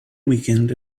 weekend